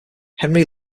henry